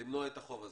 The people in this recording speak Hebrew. למנוע את החוב הזה.